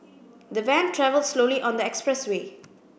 the van travelled slowly on the expressway